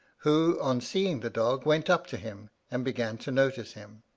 who, on seeing the dog, went up to him, and began to notice him.